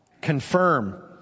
Confirm